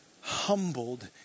humbled